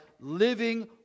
living